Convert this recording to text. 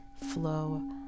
flow